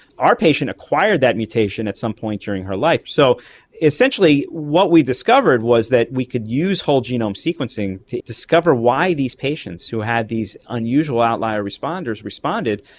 our patient acquired that mutation at some point during her life. so essentially what we discovered was that we could use a whole genome sequencing to discover why these patients who had these unusual outlier responders responded,